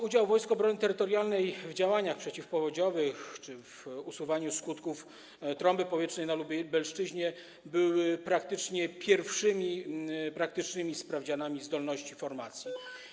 Udział Wojsk Obrony Terytorialnej w działaniach przeciwpowodziowych czy w usuwaniu skutków trąby powietrznej na Lubelszczyźnie był pierwszym praktycznym sprawdzianem zdolności tej formacji.